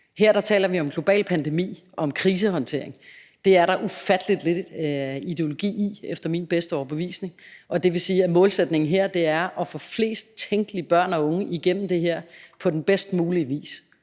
er taler vi om en global pandemi og om krisehåndtering. Det er der ufattelig lidt ideologi i efter min bedste overbevisning, og det vil sige, at målsætningen her er at få flest tænkelige børn og unge igennem det her på den bedst mulige vis.